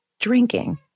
Drinking